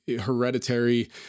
hereditary